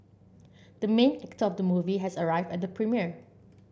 the main actor of the movie has arrived at the premiere